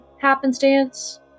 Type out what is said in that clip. happenstance